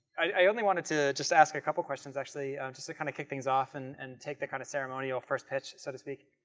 i only wanted to just ask a couple questions actually just to kind of kick things off and and take the kind of ceremonial first pitch so to speak,